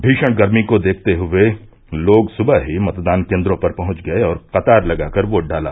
भीशण गर्मी को देखते हुये लोग सुबह ही मतदान केन्द्रों पर पहुंच गये और कतार लगाकर वोट डाला